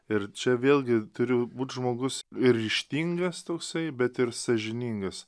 ir čia vėlgi turi būt žmogus ir ryžtingas toksai bet ir sąžiningas